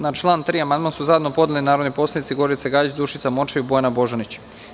Na član 3. amandman su zajedno podnele narodni poslanici Gorica Gajić, Dušica Morčev i Bojana Božanić.